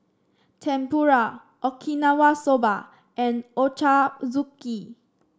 Tempura Okinawa Soba and Ochazuke